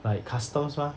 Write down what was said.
like customs mah